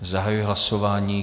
Zahajuji hlasování.